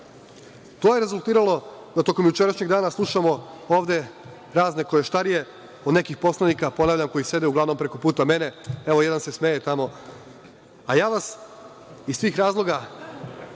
je rezultiralo da tokom jučerašnjeg dana slušamo ovde razne koještarije od nekih poslanika, ponavljam, koji sede uglavnom preko puta mene, a jedan se upravo smeje. Ja vas iz svih razloga